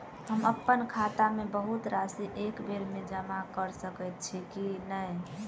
हम अप्पन खाता मे बहुत राशि एकबेर मे जमा कऽ सकैत छी की नै?